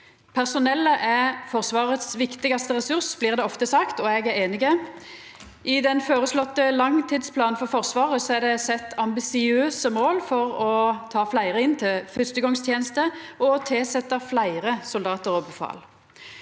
Personellet er Forsvarets viktigaste ressurs, blir det ofte sagt, og eg er einig. I den føreslegne langtidsplanen for Forsvaret er det sett ambisiøse mål for å ta fleire inn til fyrstegongsteneste og tilsetja fleire soldatar og befal.